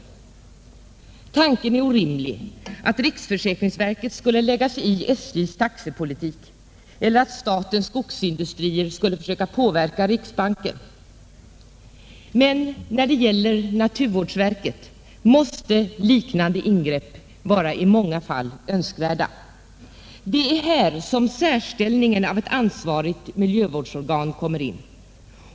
Det är en orimlig tanke att riksförsäkringsverket skulle lägga sig i SJ:s taxepolitik eller att statens skogsindustrier skulle försöka påverka riksbanken. Men när det gäller naturvårdsverket måste liknande ingrepp i många fall vara önskvärda. Det är här som särställningen av ett ansvarigt miljövårdsorgan kommer in.